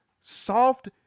soft